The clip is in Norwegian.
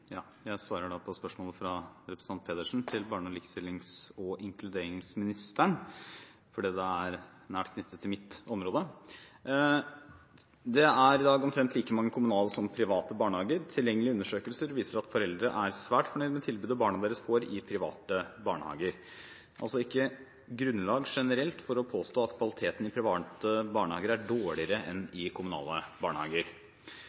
Jeg svarer da på spørsmålet fra representanten Pedersen til barne-, likestillings- og inkluderingsministeren, fordi det er nær knyttet til mitt område. Det er i dag omtrent like mange kommunale som private barnehager. Tilgjengelige undersøkelser viser at foreldre er svært fornøyd med tilbudet barna deres får i private barnehager. Det er generelt ikke grunnlag for å påstå at kvaliteten i private barnehager er dårligere enn i kommunale barnehager.